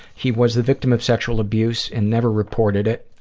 he was the victim of sexual abuse and never reported it.